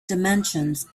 dimensions